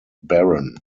baron